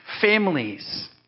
families